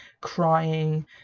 crying